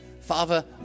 Father